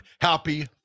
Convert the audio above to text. Happy